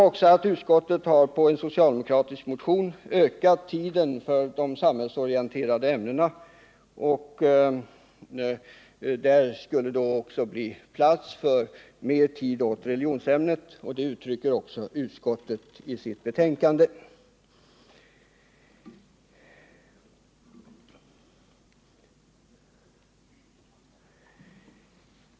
Med anledning av en socialdemokratisk motion har utskottet föreslagit att timantalet för de samhällsorienterande ämnena utökas. Det skulle alltså ge mer tid åt ämnet religionskunskap, vilket också utskottet uttrycker i sitt betänkande.